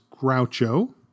Groucho